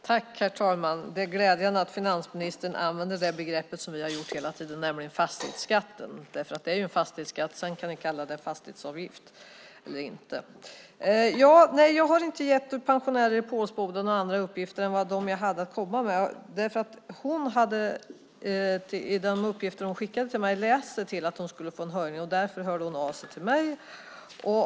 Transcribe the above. Herr talman! Det är glädjande att finansministern använder det begrepp som vi har använt hela tiden, nämligen fastighetsskatten. Det är en fastighetsskatt - ni kan kalla det fastighetsavgift eller inte. Nej, jag har inte gett pensionärer i Pålsboda några andra uppgifter än dem jag hade att komma med. Hon hade läst sig till att hon skulle få en höjning. Därför hörde hon av sig till mig.